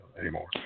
anymore